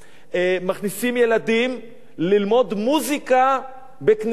מכניסים ילדים ללמוד מוזיקה בכנסיות,